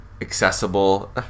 accessible